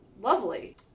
lovely